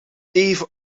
even